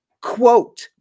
quote